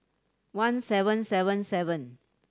one seven seven seven